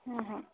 হু হু